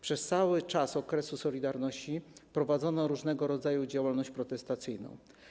Przez cały okres „Solidarności” prowadzono różnego rodzaju działalność protestacyjną.